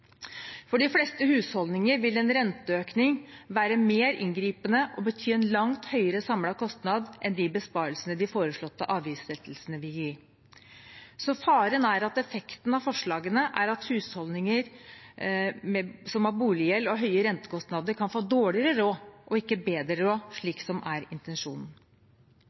For de fleste husholdninger vil en renteøkning være mer inngripende og bety en langt høyere samlet kostnad enn de besparelsene de foreslåtte avgiftslettelsene vil gi. Faren er at effekten av forslagene er at husholdninger som har boliggjeld og høye rentekostnader, kan få dårligere råd og ikke bedre råd, som er intensjonen.